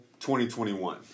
2021